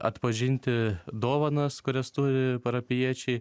atpažinti dovanas kurias turi parapijiečiai